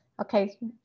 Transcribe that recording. Okay